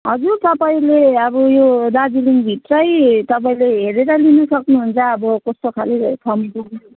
हजुर तपाईँले अब यो दार्जिलिङभित्रै तपाईँले हेरेर लिनु सक्नुहुन्छ अब कस्तो खाले हो ठाउँ